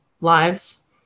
lives